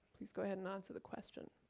please go ahead and answer the question.